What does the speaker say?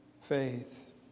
faith